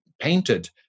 painted